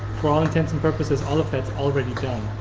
for all intents and purposes, all of that is already done.